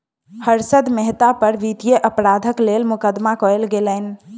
हर्षद मेहता पर वित्तीय अपराधक लेल मुकदमा कयल गेलैन